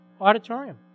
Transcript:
auditorium